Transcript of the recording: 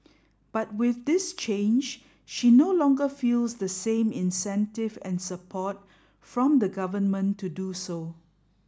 but with this change she no longer feels the same incentive and support from the government to do so